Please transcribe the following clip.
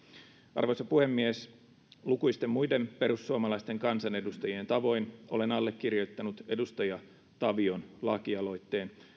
arvoisa puhemies lukuisten muiden perussuomalaisten kansanedustajien tavoin olen allekirjoittanut edustaja tavion lakialoitteen